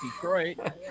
Detroit